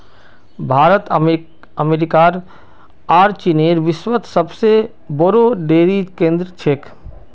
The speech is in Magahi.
भारत अमेरिकार आर चीनेर विश्वत सबसे बोरो डेरी केंद्र छेक